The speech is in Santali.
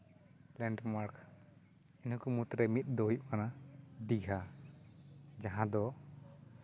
ᱞᱮᱱᱰᱢᱟᱨᱠ ᱤᱱᱟᱹᱠᱚ ᱢᱩᱫᱽᱨᱮ ᱢᱤᱫ ᱫᱚ ᱦᱩᱭᱩᱜ ᱠᱟᱱᱟ ᱫᱤᱜᱷᱟ ᱡᱟᱦᱟᱸ ᱫᱚ